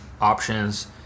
options